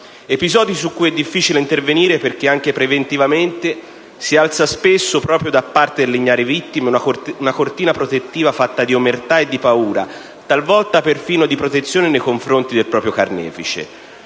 Episodi su cui è difficile intervenire perché anche preventivamente si alza spesso, proprio da parte delle ignare vittime, una cortina protettiva fatta di omertà e di paura, talvolta perfino di protezione nei confronti del proprio carnefice.